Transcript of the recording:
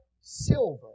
silver